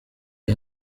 iyi